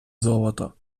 золото